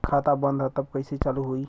खाता बंद ह तब कईसे चालू होई?